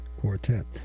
quartet